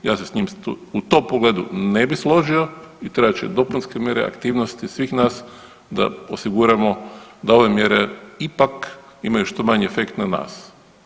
Ja se s njim u tom pogledu ne bih složio i trebat će dopunske mjere, aktivnosti svih nas da osiguramo da ove mjere ipak imaju što manji efekt na nas.